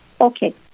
Okay